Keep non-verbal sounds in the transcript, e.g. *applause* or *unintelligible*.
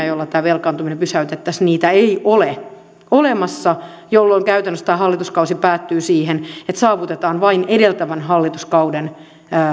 *unintelligible* joilla tämä velkaantuminen pysäytettäisiin ei ole olemassa jolloin käytännössä tämä hallituskausi päättyy siihen että saavutetaan vain edeltävän hallituskauden